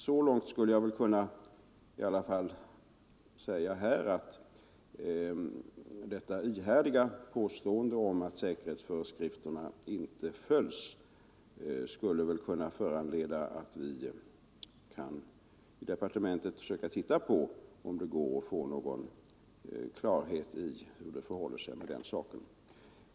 Så långt skulle jag väl kunna sträcka mig att detta ihärdiga påstående om att säkerhetsföreskrifterna inte följs kan föranleda oss i departementet att försöka undersöka om det går att få någon klarhet i hur det förhåller sig med den saken.